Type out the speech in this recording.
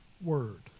word